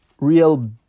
real